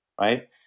right